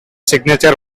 signature